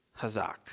hazak